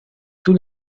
tous